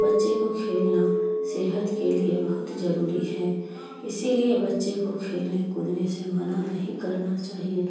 بچے کو کھیلنا صحت کے لیے بہت ضروری ہے اسی لیے بچے کو کھیلنے کودنے سے منع نہیں کرنا چاہیے